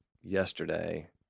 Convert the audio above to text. yesterday